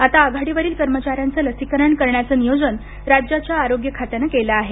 आता आघाडीवरील कर्मचाऱ्यांचं लसीकरण करण्याचे नियोजन राज्याच्या आरोग्य खात्याने केले आहे